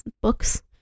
books